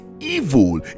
evil